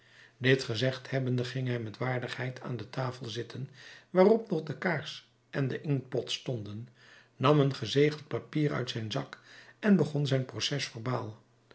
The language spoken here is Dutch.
dit gezegd hebbende ging hij met waardigheid aan de tafel zitten waarop nog de kaars en de inktpot stonden nam een gezegeld papier uit zijn zak en begon zijn